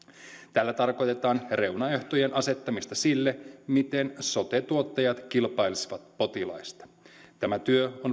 tällä tarkoitetaan reunaehtojen asettamista sille miten sote tuottajat kilpailisivat potilaista tämä työ on